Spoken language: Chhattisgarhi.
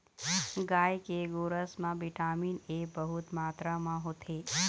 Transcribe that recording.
गाय के गोरस म बिटामिन ए बहुत मातरा म होथे